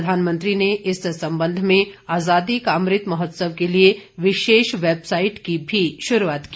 प्रधानमंत्री ने इस संबंध में आजादी का अमृत महोत्सव के लिए विशेष वेबसाइट की भी शुरूआत की